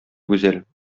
гүзәл